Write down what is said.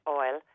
oil